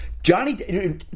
Johnny